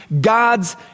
God's